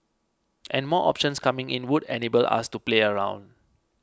and more options coming in would enable us to play around